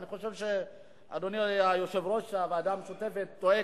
אני חושב שאדוני יושב-ראש הוועדה המשותפת טועה